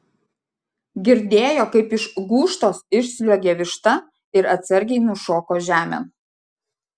girdėjo kaip iš gūžtos išsliuogė višta ir atsargiai nušoko žemėn